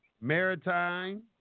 maritime